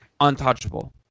Untouchable